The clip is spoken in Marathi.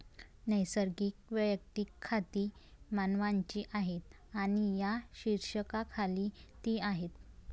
नैसर्गिक वैयक्तिक खाती मानवांची आहेत आणि या शीर्षकाखाली ती आहेत